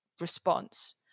response